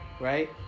right